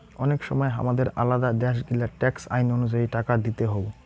অনেক সময় হামাদের আলাদা দ্যাশ গিলার ট্যাক্স আইন অনুযায়ী টাকা দিতে হউ